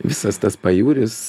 visas tas pajūris